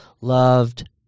loved